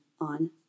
on